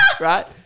right